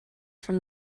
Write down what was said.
from